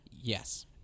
Yes